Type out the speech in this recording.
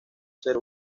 ser